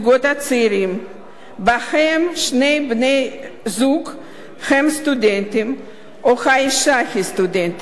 הצעירים שבהם שני בני-הזוג הם סטודנטים או האשה היא סטודנטית.